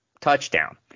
touchdown